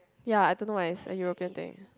ya I don't know why is a European thing